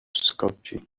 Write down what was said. skopje